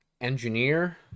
engineer